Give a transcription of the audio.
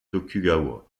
tokugawa